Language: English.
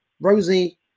Rosie